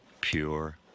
Pure